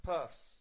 Puffs